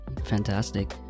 Fantastic